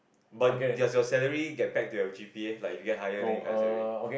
but does your salary get back to your G_P_A like you get higher then you higher salary